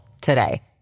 today